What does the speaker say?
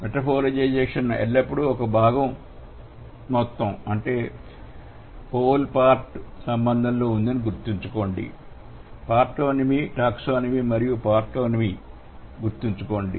రూపీకరణ ఎల్లప్పుడూ ఒక భాగం మొత్తం సంబంధంలో ఉందని గుర్తుంచుకోండి పార్టోనమీ టాక్సోనమీ మరియు పార్టోనమీ గుర్తుంచుకోండి